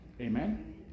Amen